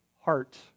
heart